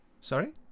Sorry